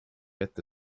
ette